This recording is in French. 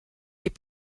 est